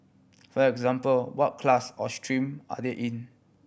for example what class or stream are they in